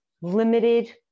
limited